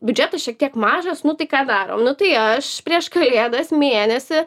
biudžetas šiek tiek mažas nu tai ką darom nu tai aš prieš kalėdas mėnesį